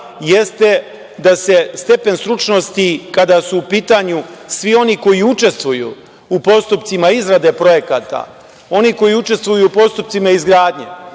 jeste da se stepen stručnosti kada su u pitanju svi oni koji učestvuju u postupcima izrade projekata, oni koji učestvuju u postupcima izgradnje